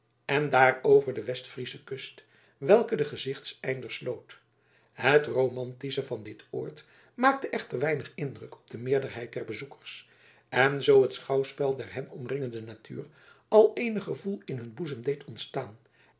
en daarover de west friesche kust welke den gezichteinder sloot het romantische van dit oord maakte echter weinig indruk op de meerderheid der bezoekers en zoo het schouwspel der hen omringende natuur al eenig gevoel in hun boezem deed ontstaan